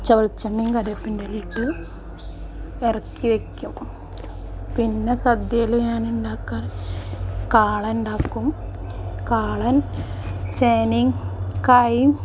പച്ച വെളിച്ചെണ്ണയും കരിവേപ്പിൻ്റെ ഇലയും ഇട്ട് ഇറക്കിവയ്ക്കും പിന്നെ സദ്യയിൽ ഞാൻ ഉണ്ടാക്കാറ് കാളൻ ഉണ്ടാക്കും കാളൻ ചേനയും കായും